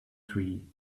tree